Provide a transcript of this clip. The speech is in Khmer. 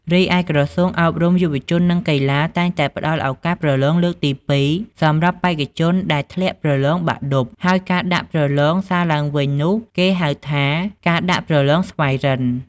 រីឯ ក្រសួងអប់រំ យុវជន និងកីឡា តែងតែផ្តល់ ឱកាសប្រឡងលើកទី២ សម្រាប់បេក្ខជនដែលធ្លាក់ប្រលងបាក់ឌុប ហើយការដាក់ប្រលងសារឡើងវិញនោះគេហៅថា ការដាក់ប្រលងស្វ័យរិន្ទ។